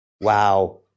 Wow